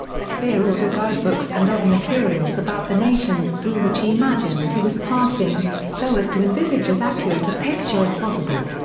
speer ordered guidebooks and other materials about the nations through which he imagined he was passing, so as to envisage as accurate a picture as possible.